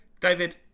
David